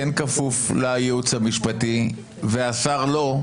כן כפוף לייעוץ המשפטי והשר לא,